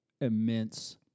immense